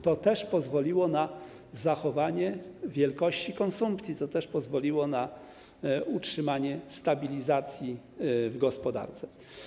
To też pozwoliło na zachowanie wielkości konsumpcji, to też pozwoliło na utrzymanie stabilizacji w gospodarce.